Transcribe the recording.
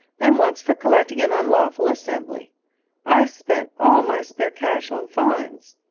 and once for collecting an unlawful assembly i spent all my spare cash in fines.